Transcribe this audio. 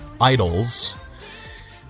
idols